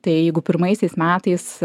tai jeigu pirmaisiais metais